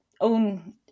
own